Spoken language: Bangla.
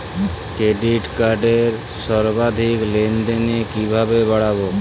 ক্রেডিট কার্ডের সর্বাধিক লেনদেন কিভাবে বাড়াবো?